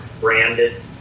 branded